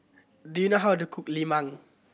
do you know how to cook lemang